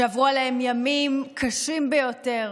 שעברו עליהם ימים קשים ביותר